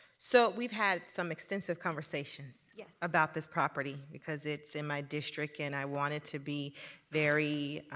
so we've had some extensive conversations yes. about this property because it's in my district, and i wanted to be very